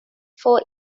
for